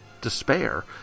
Despair